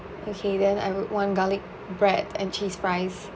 okay then I would want garlic bread and cheese fries